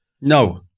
No